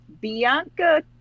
Bianca